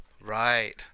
right